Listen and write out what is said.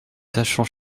sachant